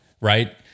right